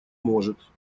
может